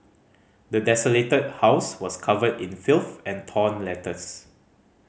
the desolated house was covered in filth and torn letters